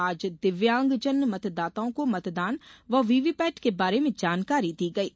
आज दिव्यांगजन मतदाताओं को मतदान व वीवीपैट के बारे में जानकारी दी गयी